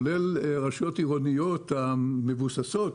כולל רשויות עירוניות מבוססות,